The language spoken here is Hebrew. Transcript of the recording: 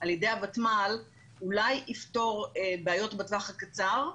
על ידי הוותמ"ל אולי יפתור בעיות בטווח הקצר,